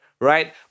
right